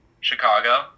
Chicago